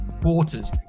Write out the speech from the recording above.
quarters